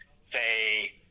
say